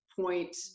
point